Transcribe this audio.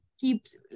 keeps